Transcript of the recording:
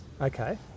okay